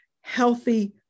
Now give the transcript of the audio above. healthy